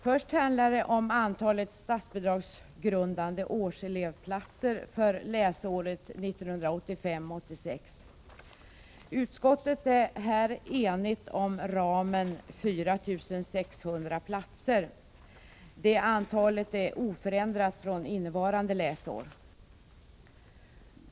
Först handlar det om antalet statsbidragsgrundande årselevplatser för läsåret 1985/86. Utskottet är här enigt om ramen 4 600 platser. Detta antal är oförändrat från innevarande läsår.